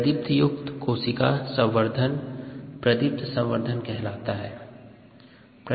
प्रतिदीप्त युक्त कोशिका संवर्धन प्रतिदीप्त संवर्धन कहलाता है